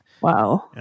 Wow